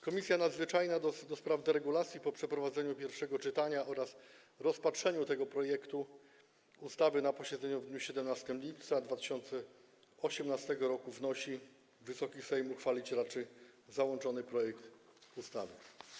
Komisja Nadzwyczajna do spraw deregulacji po przeprowadzeniu pierwszego czytania oraz rozpatrzeniu tego projektu ustawy na posiedzeniu w dniu 17 lipca 2018 r. wnosi, aby Wysoki Sejm uchwalić raczył załączony projekt ustawy.